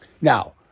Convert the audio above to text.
Now